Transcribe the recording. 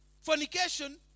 fornication